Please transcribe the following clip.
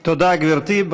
תודה, גברתי.